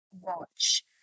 watch